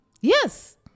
Yes